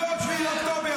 לא עוד 7 באוקטובר.